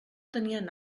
tenien